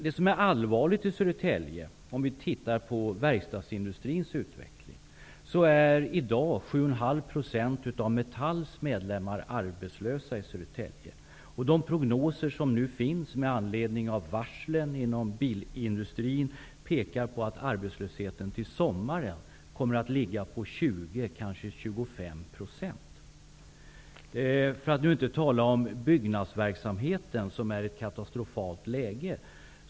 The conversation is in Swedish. Det som är allvarligt i Södertälje, när det gäller verkstadsindustrins utveckling, är att 7,5 % av Metalls medlemmar i dag är arbetslösa. De prognoser som finns med anledning av varsel inom bilindustrin pekar på att arbetslösheten till sommaren kommer att ligga på 20-25 %, och byggnadsverksamheten har ett katastrofalt läge.